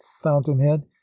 fountainhead